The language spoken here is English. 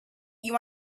you